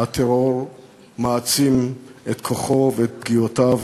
הטרור מעצים את כוחו ואת פגיעותיו